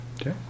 Okay